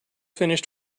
finished